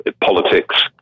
Politics